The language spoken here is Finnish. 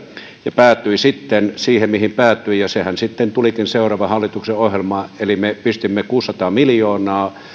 ja päätyi sitten siihen mihin päätyi ja sehän sitten tulikin seuraavan hallituksen ohjelmaan eli me pistimme kuusisataa miljoonaa